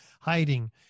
hiding